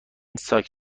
ساک